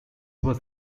was